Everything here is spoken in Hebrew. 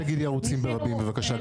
אל תגידי ערוצים ברבים, בבקשה.